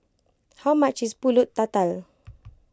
how much is Pulut Tatal